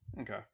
Okay